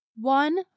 One